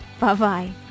Bye-bye